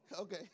Okay